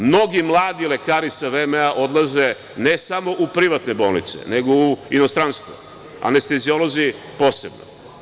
Mnogi mladi lekari sa VMA odlaze, ne samo u privatne bolnice, nego i u inostranstvo, anesteziolozi posebno.